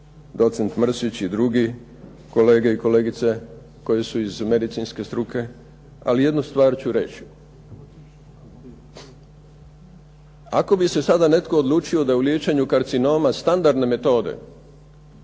docent Mrsić i drugi kolege i kolegice koji su iz medicinske struke, ali jednu stvar ću reći, ako bi se sada netko odlučio da u liječenju karcinoma standardne metode